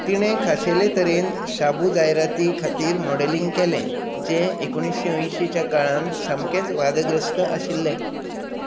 तिणें खाशेले तरेन शाबू जायरातीं खातीर मॉडेलिंग केलें जे एकोणशें अयशीं च्या काळान सामकेच वादग्रस्त आशिल्ले